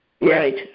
right